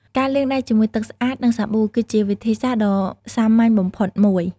ការលាងដៃជាមួយទឹកស្អាត និងសាប៊ូ គឺជាវិធីសាស្ត្រដ៏សាមញ្ញបំផុតមួយ។